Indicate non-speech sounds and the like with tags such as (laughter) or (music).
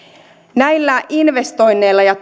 näillä investoinneilla ja (unintelligible)